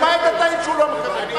למעט התנאים שהוא לא מקבל.